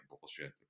bullshit